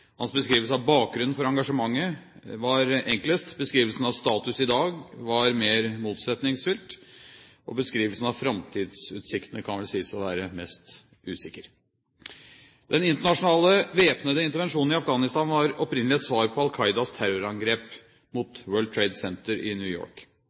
dag var mer motsetningsfylt, og beskrivelsen av framtidsutsiktene kan vel sies å være mest usikker. Den internasjonale væpnede intervensjonen i Afghanistan var opprinnelig et svar på Al Qaidas terrorangrep